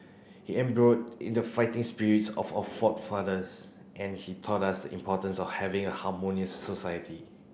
he in the fighting spirits of our forefathers and he taught us the importance of having a harmonious society